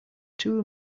two